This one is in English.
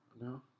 no